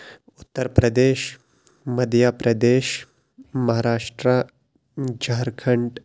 اُترپردِیش Madhya پردِیش Maharashtra Jharkhand